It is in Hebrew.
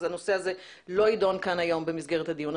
אז הנושא הזה לא ידון כאן היום הנושא הזה.